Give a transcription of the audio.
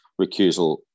recusal